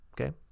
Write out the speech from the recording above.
okay